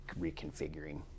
reconfiguring